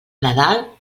nadal